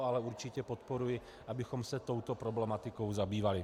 Ale určitě podporuji, abychom se touto problematikou zabývali.